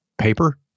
paper